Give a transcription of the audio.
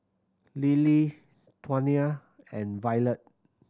Lilie Tawnya and Violet